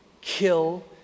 kill